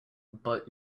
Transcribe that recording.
but